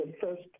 first